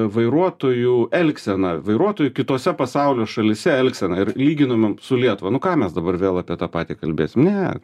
vairuotojų elgseną vairuotojų kitose pasaulio šalyse elgseną ir lyginomėm su lietuva nu ką mes dabar vėl apie tą patį kalbėsim ne